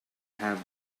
have